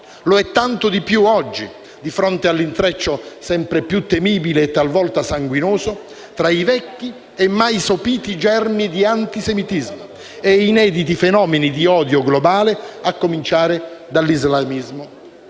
lo è tanto di più oggi, di fronte all'intreccio sempre più temibile e talvolta sanguinoso tra i vecchi e mai sopiti germi di antisemitismo e inediti fenomeni di odio globale, a cominciare dall'islamismo